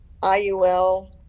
IUL